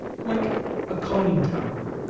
like a conning tower,